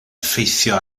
effeithio